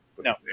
No